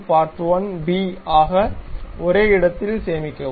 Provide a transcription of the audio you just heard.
part1b ஆக ஒரே இடத்தில் சேமிக்கவும்